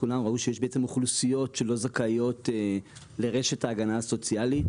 ראו שיש אוכלוסיות שלא זכאיות לרשת ההגנה הסוציאלית.